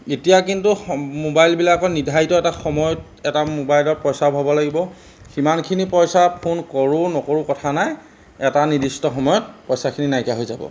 এতিয়া কিন্তু সম মোবাইলবিলাকত নিৰ্ধাৰিত এটা সময়ত এটা মোবাইলত পইচা ভৰাব লাগিব সিমানখিনি পইচা ফোন কৰোঁ নকৰোঁ কথা নাই এটা নিৰ্দিষ্ট সময়ত পইচাখিনি নাইকীয়া হৈ যাব